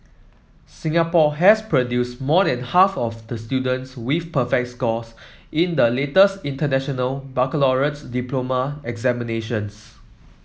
Singapore has produced more than half of the students with perfect scores in the latest International Baccalaureates diploma examinations